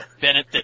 Bennett